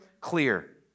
clear